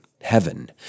heaven